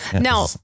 Now